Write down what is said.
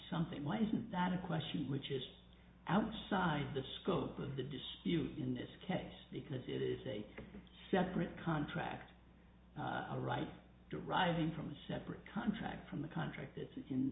something why isn't that a question which is outside the scope of the dispute in this case because it is a separate contract a right deriving from a separate contract from the contract